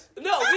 No